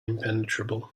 impenetrable